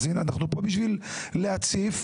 אנחנו פה בשביל להציף,